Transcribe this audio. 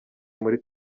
muri